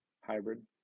hybrid